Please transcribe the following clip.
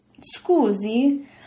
Scusi